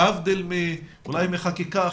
להבדיל אולי מחקיקה אחרת,